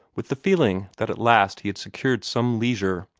with the feeling that at last he had secured some leisure,